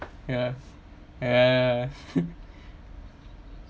ya ya